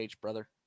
brother